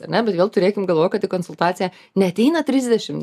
ar ne bet vėl turėkim galvoj kad į konsultaciją neateina trisdešim